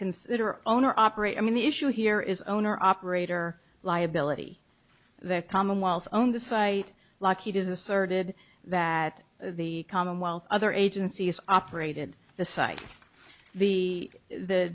consider owner operator i mean the issue here is owner operator liability the commonwealth own the site lockheed is asserted that the commonwealth other agency has operated the site the the